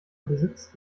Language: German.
besitzt